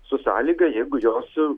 su sąlyga jeigu jos